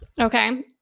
Okay